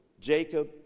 Jacob